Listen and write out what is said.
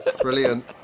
Brilliant